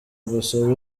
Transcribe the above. gusa